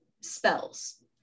spells